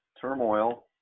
turmoil